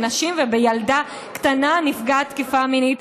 באישה ובילדה קטנה נפגעת תקיפה מינית.